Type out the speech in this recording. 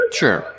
sure